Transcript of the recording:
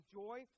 joy